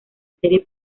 serie